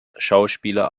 schauspieler